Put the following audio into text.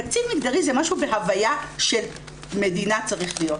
תקציב מגדרי זה משהו בהוויה של מדינה צריך להיות.